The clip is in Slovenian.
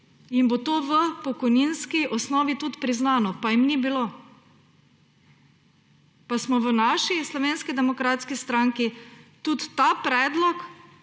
jim bo to v pokojninski osnovi tudi priznano; pa jim ni bilo. Pa smo v Slovenski demokratski stranki tudi ta predlog